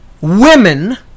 women